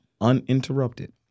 uninterrupted